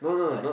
like